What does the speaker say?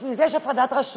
בשביל זה יש הפרדת רשויות.